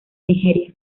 nigeria